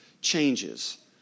changes